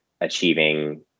achieving